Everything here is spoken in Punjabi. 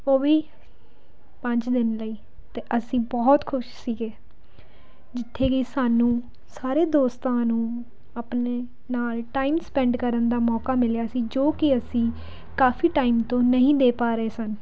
ਉਹ ਵੀ ਪੰਜ ਦਿਨ ਲਈ ਅਤੇ ਅਸੀਂ ਬਹੁਤ ਖੁਸ਼ ਸੀਗੇ ਜਿੱਥੇ ਕਿ ਸਾਨੂੰ ਸਾਰੇ ਦੋਸਤਾਂ ਨੂੰ ਆਪਣੇ ਨਾਲ ਟਾਈਮ ਸਪੈਂਡ ਕਰਨ ਦਾ ਮੌਕਾ ਮਿਲਿਆ ਸੀ ਜੋ ਕਿ ਅਸੀਂ ਕਾਫ਼ੀ ਟਾਈਮ ਤੋਂ ਨਹੀਂ ਦੇ ਪਾ ਰਹੇ ਸਨ